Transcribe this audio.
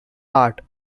art